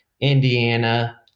Indiana